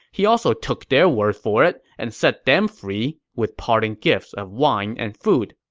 he also took their word for it and set them free with parting gifts of wine and food.